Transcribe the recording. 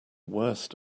worst